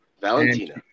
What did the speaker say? Valentina